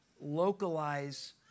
localize